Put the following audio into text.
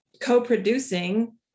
co-producing